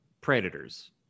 Predators